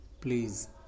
Please